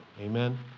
amen